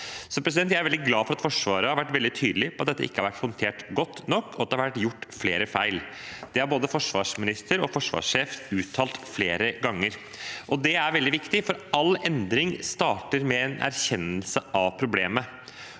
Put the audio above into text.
Forsvaret Jeg er veldig glad for at Forsvaret har vært veldig tydelig på at dette ikke har blitt håndtert godt nok, og at det har blitt gjort flere feil. Det har både forsvarsminister og forsvarssjef uttalt flere ganger. Det er veldig viktig, for all endring starter med en erkjennelse av problemet.